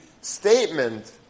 statement